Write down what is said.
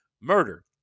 murder